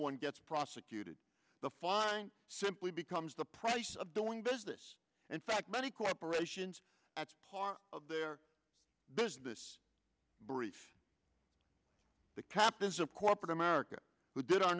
one gets prosecuted the fine simply becomes the price of doing business and fact many corporations as part of their business brief the captains of corporate america who did our